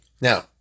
Now